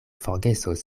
forgesos